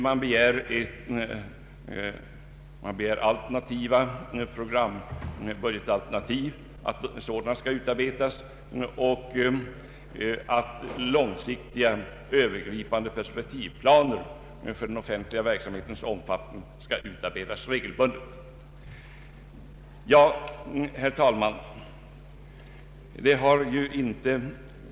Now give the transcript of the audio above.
Man begär vidare att alternativa programbudgetförslag utarbetas samt att långsiktiga, övergripande perspektivplaner för den offentliga verksamheten utarbetas regelbundet. Herr talman!